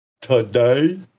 Today